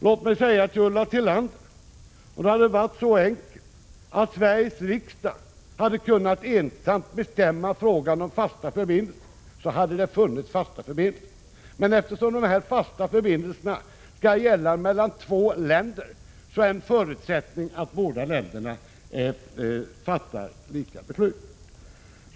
Låt mig säga till henne: Om det hade varit så enkelt att Sveriges riksdag hade kunnat ensam bestämma frågan om fasta förbindelser, så hade det funnits fasta förbindelser. Men eftersom de fasta förbindelserna skall gälla mellan två länder är en förutsättning att båda länderna fattar lika beslut.